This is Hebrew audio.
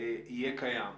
קיים.